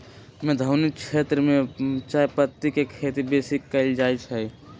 मेघौनी क्षेत्र में चायपत्ति के खेती बेशी कएल जाए छै